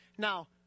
Now